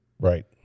Right